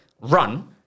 run